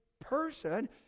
person